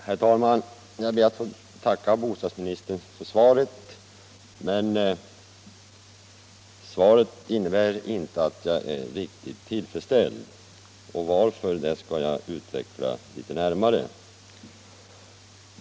Herr talman! Jag ber att få tacka bostadsministern för svaret. Jag är emellertid inte riktigt tillfredsställd med svaret, och anledningen härtill skall jag utveckla litet närmare.